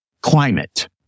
climate